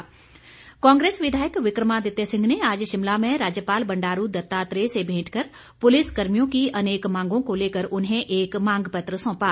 विक्रमादित्य कांग्रेस विधायक विक्रमादित्य सिंह ने आज शिमला में राज्यपाल बंडारू दत्तात्रेय से भेंट कर पुलिसकर्मियों की अनेक मांगों को लेकर उन्हें एक मांग पत्र सौंपा